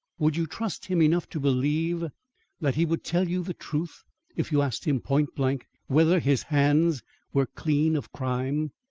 would you trust him enough to believe that he would tell you the truth if you asked him point-blank whether his hands were clean of crime?